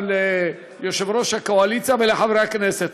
גם ליושב-ראש הקואליציה וגם לחברי הכנסת.